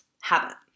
habit